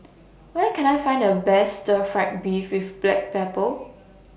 Where Can I Find The Best Stir Fry Beef with Black Pepper